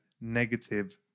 negative